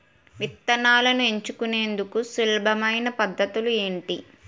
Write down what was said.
విత్తనాలను ఎంచుకునేందుకు సులభమైన పద్ధతులు ఏంటి?